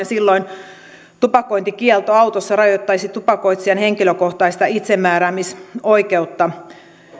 silloin tupakointikielto autossa rajoittaisi tupakoitsijan henkilökohtaista itsemääräämisoikeutta